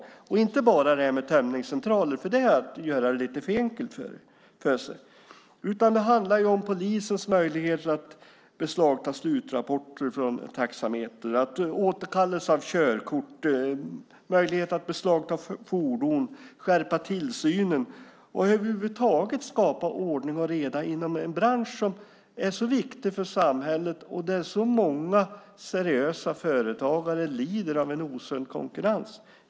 Det handlar inte bara om tömningscentraler, för det är att göra det lite för enkelt för sig. Det handlar om polisens möjligheter att beslagta slutrapporter från taxameter, återkallelse av körkort, möjlighet att beslagta fordon, att skärpa tillsynen och över huvud taget skapa ordning och reda inom en bransch som är så viktig för samhället. Så många seriösa företagare lider av en osund konkurrens.